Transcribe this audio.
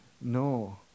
No